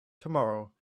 tomorrow